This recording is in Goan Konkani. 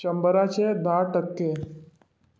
शंबरांचे धा टक्के